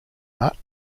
nut